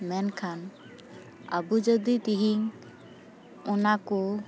ᱢᱮᱱᱠᱷᱟᱱ ᱟᱵᱚ ᱡᱚᱫᱤ ᱛᱮᱦᱮᱧ ᱚᱱᱟ ᱠᱚ